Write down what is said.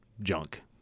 junk